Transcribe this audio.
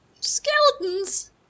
Skeletons